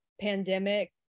pandemic